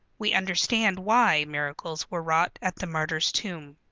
we understand why miracles were wrought at the martyr's tomb.